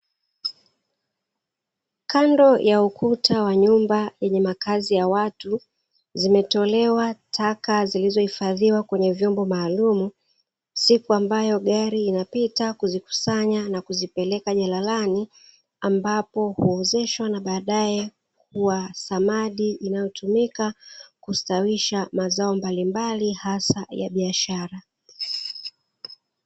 Kando ya ukuta wa nyumba yenye makazi ya watu zimetolewa taka zilizohifadhiwa kwenye vyombo maalumu. Siku ambayo gari inapita huzikusanya na kuzipeleka jalalani, ambapo huozeshwa na baadaye huwa samadi inayotumika kustawisha mazao mbalimbali, hasa ya biashara.